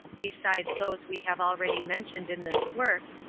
besides those we have already mentioned in this work,